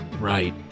right